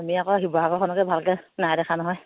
আমি আকৌ শিৱসাগৰখনকে ভালকৈ নাই দেখা নহয়